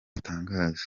atangaza